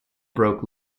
broke